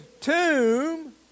tomb